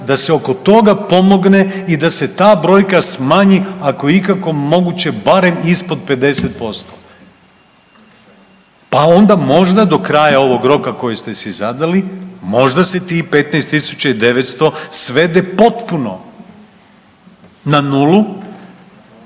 da se oko toga pomogne i da se ta brojka smanji ako je ikako moguće barem ispod 50%, pa onda možda do kraja ovog roka koje ste si zadali, možda se tih 15.900 svede potpuno na nulu.